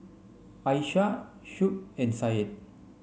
Aishah Shuib and Syed